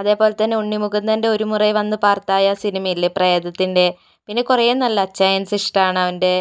അതേപോലെ തന്നെ ഉണ്ണി മുകുന്ദന്റെ ഒരു മുറൈ വന്ത് പാര്ത്തായ സിനിമയില്ലേ പ്രേതത്തിന്റെ പിന്നെ കുറേ നല്ല അച്ചായന്സ് ഇഷ്ടം ആണ് അവന്റെ